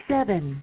Seven